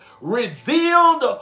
revealed